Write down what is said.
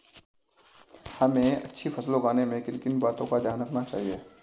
हमें अच्छी फसल उगाने में किन किन बातों का ध्यान रखना चाहिए?